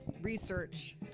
research